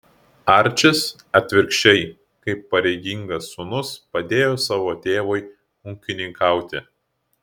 arčis atvirkščiai kaip pareigingas sūnus padėjo savo tėvui ūkininkauti